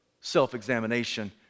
self-examination